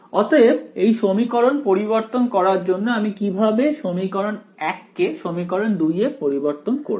অতএব এই সমীকরণ পরিবর্তন করার জন্য আমি কিভাবে সমীকরণ 1 কে সমীকরণ 2 এ পরিবর্তন করব